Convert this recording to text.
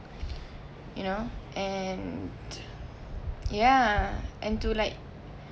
you know and ya and to like